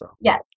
Yes